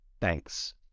Thanks